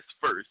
first